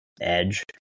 edge